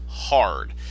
hard